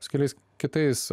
su keliais kitais